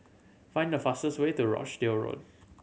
find the fastest way to Rochdale Road